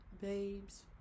babes